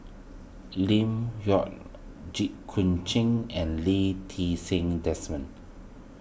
Lim Yau Jit Koon Ch'ng and Lee Ti Seng Desmond